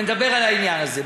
ונדבר על העניין הזה.